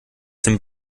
dem